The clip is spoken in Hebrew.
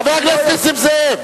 חבר הכנסת נסים זאב.